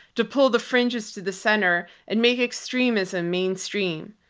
to pull the fringes to the center and make extremism mainstream.